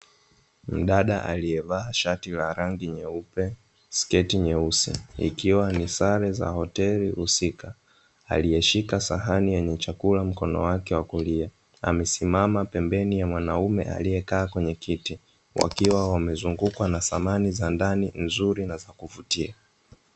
Mdada aliyevaa shati la rangi nyeupe, sketi nyeusi, ikiwa ni sare za hoteli husika aliyeshika seheni kwenye mkono wake wa kulia, amesimama pembeni ya mwanaume aliyekaa kwenye kiti, wakiwa wamezungukwa na samani za ndani nzuri na za kuvutia.